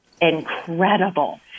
incredible